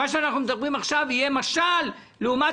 מה שאנחנו מדברים עכשיו יהיה משל לעומת